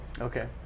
Okay